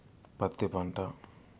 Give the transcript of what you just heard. పత్తి పంట